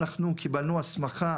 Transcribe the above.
אנחנו קיבלנו הסמכה